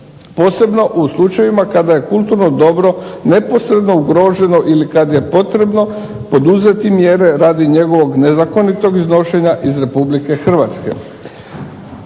Posebno u slučajevima kada je kulturno dobro neposredno ugroženo ili kad je potrebno poduzeti mjere radi njegovog nezakonitog iznošenja iz Republike Hrvatske.